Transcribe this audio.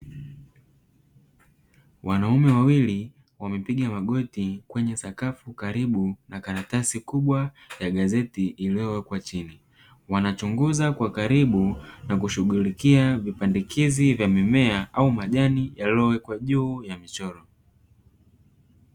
Wanaume wawili wamepiga magoti kwenye sakafu karibu na karatasi kubwa ya gazeti iliyowekwa chini, wanachunguza kwa karibu na kushughulikia vipandikizi vya mimea au majani yaliyowekwa kwa juu ya michoro.